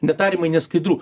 ne tariamai neskaidru